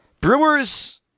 Brewers